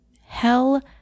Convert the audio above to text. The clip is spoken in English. hell